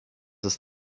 ist